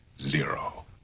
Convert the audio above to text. zero